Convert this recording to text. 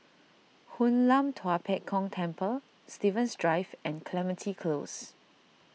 Hoon Lam Tua Pek Kong Temple Stevens Drive and Clementi Close